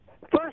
first